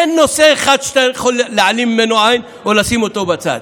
אין נושא אחד שאתה יכול להעלים ממנו עין או לשים אותו בצד.